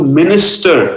minister